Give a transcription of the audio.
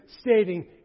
stating